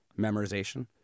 memorization